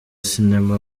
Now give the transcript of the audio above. sinema